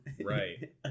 Right